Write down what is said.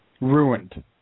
Ruined